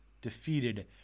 defeated